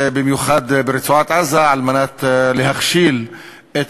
במיוחד ברצועת-עזה, כדי להכשיל את